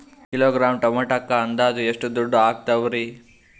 Kilogram ಟೊಮೆಟೊಕ್ಕ ಅಂದಾಜ್ ಎಷ್ಟ ದುಡ್ಡ ಅಗತವರಿ?